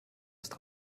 ist